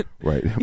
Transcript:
Right